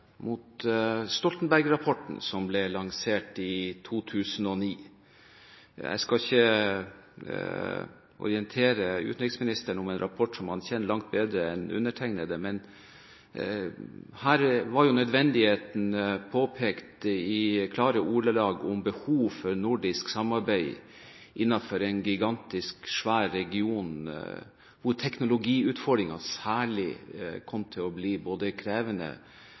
som ble lansert i 2009. Jeg skal ikke orientere utenriksministeren om en rapport som han kjenner langt bedre enn undertegnede. Her ble det påpekt i klare ordelag at det nødvendigvis var behov for nordisk samarbeid innenfor en så gigantisk og svær region, hvor særlig teknologiutfordringene kom til å bli krevende,